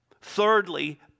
Thirdly